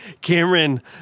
Cameron